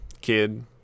kid